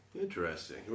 Interesting